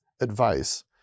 advice